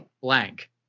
Blank